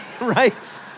Right